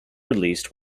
released